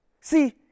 See